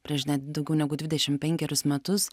prieš net daugiau negu dvidešimt penkerius metus